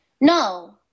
No